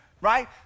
right